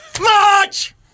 March